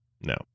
no